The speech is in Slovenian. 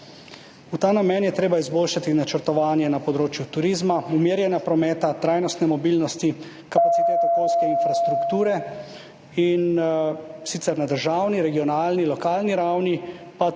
V ta namen je treba izboljšati načrtovanje na področju turizma, umirjanja prometa, trajnostne mobilnosti, kapacitet, okoljske infrastrukture, in sicer na državni, regionalni, lokalni ravni. Tu